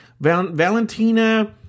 Valentina